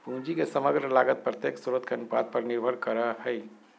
पूंजी के समग्र लागत प्रत्येक स्रोत के अनुपात पर निर्भर करय हइ